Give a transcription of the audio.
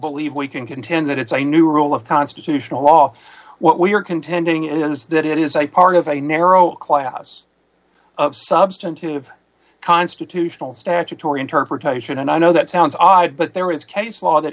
believe we can contend that it's a new rule of constitutional law what we are contending is that it is a part of a narrow class of substantive constitutional statutory interpretation and i know that sounds odd but there is case law that